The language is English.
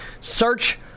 Search